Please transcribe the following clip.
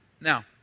now